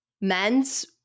Men's